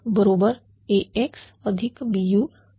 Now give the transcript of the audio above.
बरोबर AxBu IP